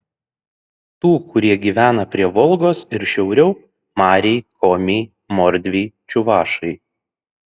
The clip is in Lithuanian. tų kurie gyvena prie volgos ir šiauriau mariai komiai mordviai čiuvašai